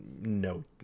no